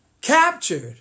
Captured